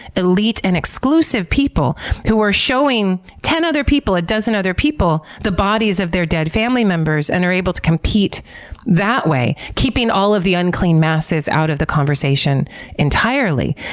elite, and exclusive people who are showing ten other people, a dozen other people, the bodies of their dead family members, and they're able to compete that way, keeping all of the unclean masses out of the conversation entirely.